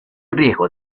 riesgo